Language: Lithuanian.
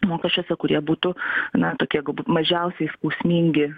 mokesčiuose kurie būtų na tokie galbūt mažiausiai skausmingi